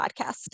podcast